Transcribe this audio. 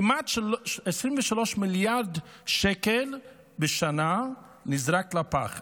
כמעט 23 מיליארד שקלים נזרקים לפח בשנה.